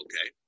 Okay